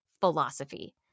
philosophy